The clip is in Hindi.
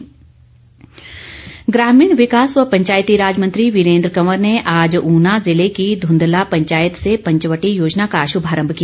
वीरेन्द्र कंवर ग्रामीण विकास व पंचायती राज मंत्री वीरेन्द्र कंवर ने आज ऊना जिले की ध्रंदला पंचायत से पंचवटी योजना का शुभारम्भ किया